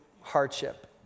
hardship